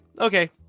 Okay